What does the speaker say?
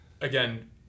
again